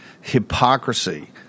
hypocrisy